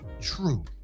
True